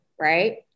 right